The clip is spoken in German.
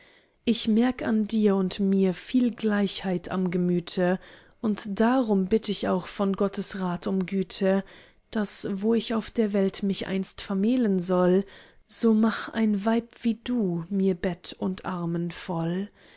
ich merk an dir und mir viel gleichheit am gemüte und darum bitt ich auch von gottes rat und güte daß wo ich auf der welt mich einst vermählen soll so mach ein weib wie du mir bett und armen voll